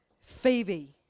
Phoebe